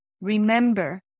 Remember